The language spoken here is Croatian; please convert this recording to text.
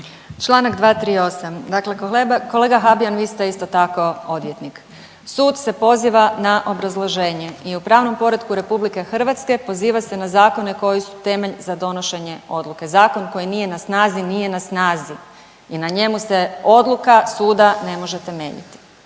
Čl. 238. Dakle kolega Habijan, vi ste isto tako odvjetnik. Sud se poziva na obrazloženje i u pravnom poretku RH poziva se na zakone koji su temelj za donošenje odluke, zakon koji nije na snazi, nije na snazi i na njemu se odluka suda ne može temeljiti.